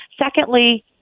secondly